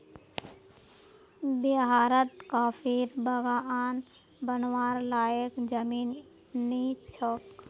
बिहारत कॉफीर बागान बनव्वार लयैक जमीन नइ छोक